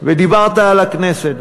ודיברת על הכנסת,